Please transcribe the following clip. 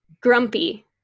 Grumpy